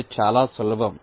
అది చాలా సులభం